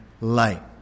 light